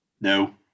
No